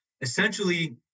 essentially